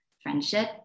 friendship